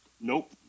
Nope